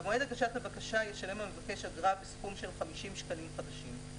במועד הגשת הבקשה ישלם המבקש אגרה בסכום של 50 שקלים חדשים".